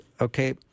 Okay